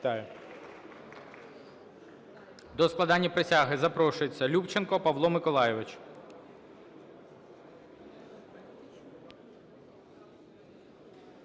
До складення присяги запрошується Любченко Павло Миколайович.